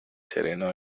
sereno